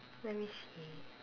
let me see